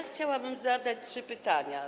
Chciałabym zadać trzy pytania.